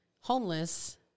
homeless